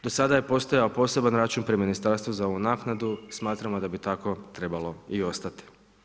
Do sada je postojao poseban račun pri Ministarstvu za ovu naknadu, smatramo da bi tako trebalo i ostati.